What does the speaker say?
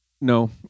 No